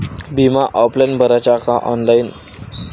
बिमा ऑफलाईन भराचा का ऑनलाईन?